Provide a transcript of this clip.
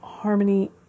Harmony